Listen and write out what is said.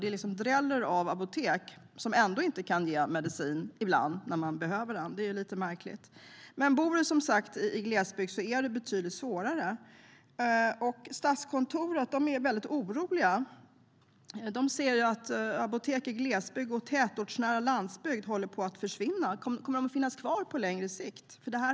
Det dräller av apotek som ibland ändå inte kan lämna ut medicin när man behöver den, och det är lite märkligt. Men bor du, som sagt, i glesbygd är det betydligt svårare. Vid Statskontoret är de väldigt oroliga. De ser att apotek i glesbygd och tätortsnära landsbygd håller på att försvinna. Kommer de att finnas kvar på längre sikt?